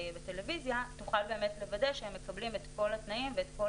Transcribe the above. בטלוויזיה תוכל באמת לוודא שהם מקבלים את כל התנאים ואת כל